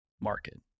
market